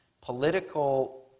political